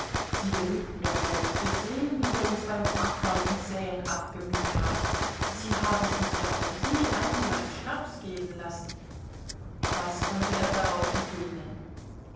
sie beliebten doch selbst zu sehen wie wir uns beim ackern und säen abgemüht haben sie haben uns ja auch je ein glas schnaps geben lassen was konnte er darauf entgegnen